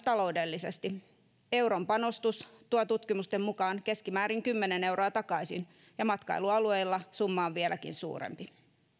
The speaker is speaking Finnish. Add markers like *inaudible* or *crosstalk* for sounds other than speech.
*unintelligible* taloudellisesti euron panostus tuo tutkimusten mukaan keskimäärin kymmenen euroa takaisin ja matkailualueilla summa on vieläkin suurempi